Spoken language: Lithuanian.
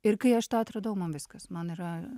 ir kai aš tą atradau man viskas man yra